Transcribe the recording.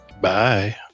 bye